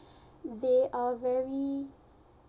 they are very